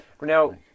Now